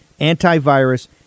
antivirus